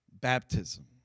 baptism